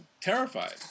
terrified